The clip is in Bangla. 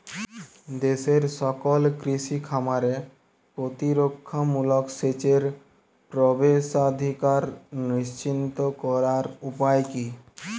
দেশের সকল কৃষি খামারে প্রতিরক্ষামূলক সেচের প্রবেশাধিকার নিশ্চিত করার উপায় কি?